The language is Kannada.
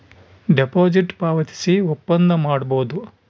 ಡೆಪಾಸಿಟ್ ಪಾವತಿಸಿ ಒಪ್ಪಂದ ಮಾಡಬೋದು